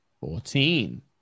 Fourteen